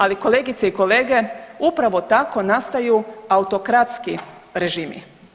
Ali, kolegice i kolege upravo tako nastaju autokratski režimi.